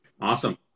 awesome